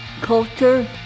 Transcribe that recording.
culture